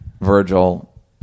Virgil